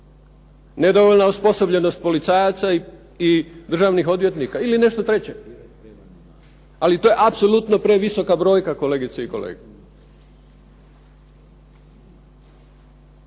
Nedovoljna osposobljenost policajaca i državnih odvjetnika ili nešto treće? Ali to je apsolutno previsoka brojka, kolegice i kolege.